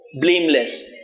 Blameless